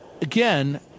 again